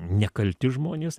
nekalti žmonės